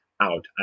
out